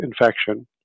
infection